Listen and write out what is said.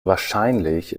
wahrscheinlich